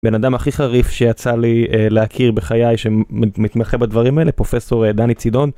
בן אדם הכי חריף שיצא לי להכיר בחיי שמתמחה בדברים האלה פרופסור דני צידון.